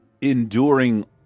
enduring